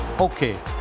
okay